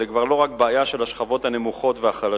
זה כבר לא רק בעיה של השכבות הנמוכות והחלשות.